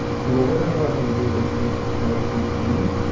so what we're gonna go ahead and do is click explore free themes.